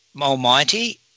Almighty